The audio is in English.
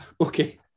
Okay